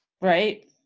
Right